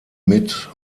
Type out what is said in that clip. mit